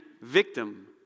victim